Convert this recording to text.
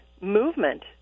movement